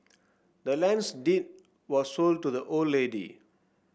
the land's deed was sold to the old lady